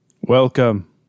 Welcome